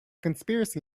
conspiracy